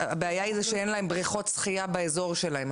הבעיה היא זה שאין להם בריכות שחייה באזור שלהם,